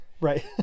Right